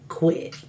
quit